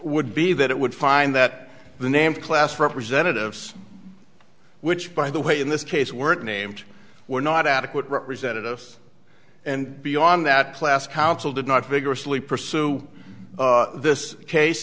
would be that it would find that the name class representatives which by the way in this case weren't named were not adequate representatives and beyond that class council did not vigorously pursue this case